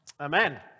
Amen